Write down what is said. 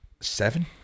Seven